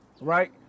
right